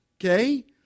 Okay